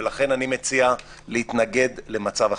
ולכן אני מציע להתנגד למצב החירום.